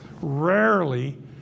rarely